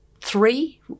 three